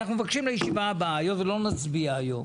אנחנו לא נצביע היום.